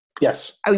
Yes